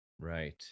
right